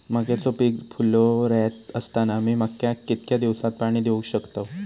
मक्याचो पीक फुलोऱ्यात असताना मी मक्याक कितक्या दिवसात पाणी देऊक शकताव?